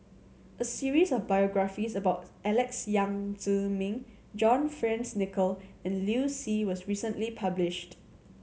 a series of biographies about Alex Yam Ziming John Fearns Nicoll and Liu Si was recently published